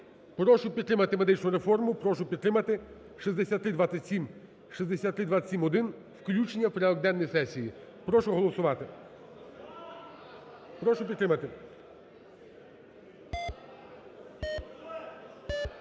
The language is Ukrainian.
прошу підтримати медичну реформу. Прошу підтримати 6327, 6327-1 включення в порядок денний сесії. Прошу проголосувати. Прошу підтримати.